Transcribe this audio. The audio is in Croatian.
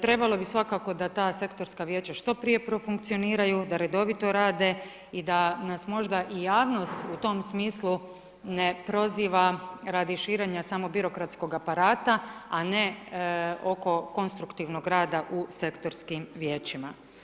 Trebalo bi svakako da ta sektorska vijeća što prije profunkcioniraju, da redovito rade i da nas možda i javnost u tom smislu ne proziva radi širenja samo birokratskog aparata a ne oko konstruktivnog rada u sektorskim vijećima.